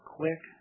quick